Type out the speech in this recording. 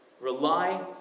rely